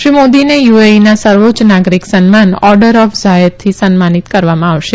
શ્રી મોદીને યુએઈના સર્વોચ્ય નાગરીક સન્માન ઓર્ડર ઓફ ઝાયદથી સન્માનીત કરવામાં આવશે